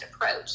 approach